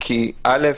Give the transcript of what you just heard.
כי, א'.